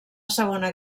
segona